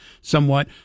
somewhat